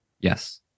Yes